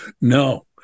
No